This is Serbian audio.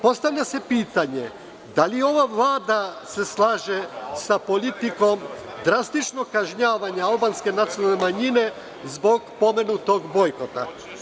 Postavlja se pitanje da li se ova vlada slaže sa politikom drastičnog kažnjavanja albanske nacionalne manjine zbog pomenutog bojkota?